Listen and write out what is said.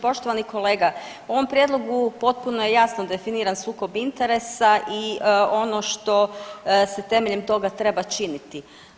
Poštovani kolega, u ovom prijedlogu potpuno je jasno definiran sukob interesa i ono što se temeljem toga treba činiti.